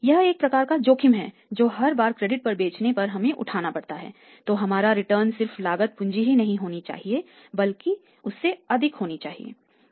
यह एक प्रकार का जोखिम है जो हर बार क्रेडिट पर बेचने पर हमें उठाना पड़ता है तो हमारा रिटर्न सिर्फ लागत पूंजी नहीं होनी चाहिए बल्कि से अधिक होना चाहिए